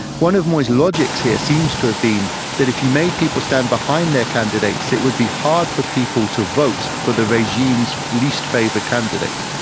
one of moi's logics here seems to have been that if you made people stand behind their candidates it would be hard for people to vote for the regime's least favoured candidate.